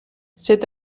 cet